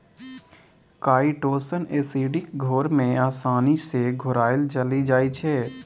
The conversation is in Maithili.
काइटोसन एसिडिक घोर मे आसानी सँ घोराएल चलि जाइ छै